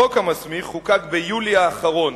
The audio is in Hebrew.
החוק המסמיך חוקק ביולי האחרון,